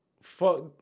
Fuck